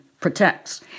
protects